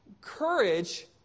courage